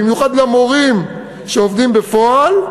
במיוחד למורים שעובדים בפועל,